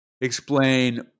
explain